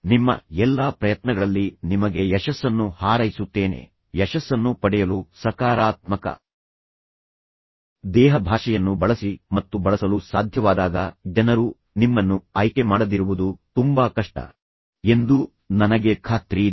ನಿಮ್ಮ ಎಲ್ಲಾ ಪ್ರಯತ್ನಗಳಲ್ಲಿ ನಿಮಗೆ ಯಶಸ್ಸನ್ನು ಹಾರೈಸುತ್ತೇನೆ ಯಶಸ್ಸನ್ನು ಪಡೆಯಲು ಸಕಾರಾತ್ಮಕ ದೇಹಭಾಷೆಯನ್ನು ಬಳಸಿ ಮತ್ತು ಬಳಸಲು ಸಾಧ್ಯವಾದಾಗ ಜನರು ನಿಮ್ಮನ್ನು ಆಯ್ಕೆ ಮಾಡದಿರುವುದು ತುಂಬಾ ಕಷ್ಟ ಎಂದು ನನಗೆ ಖಾತ್ರಿಯಿದೆ